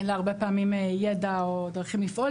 אין לה הרבה פעמים ידע או דרכים לפעול,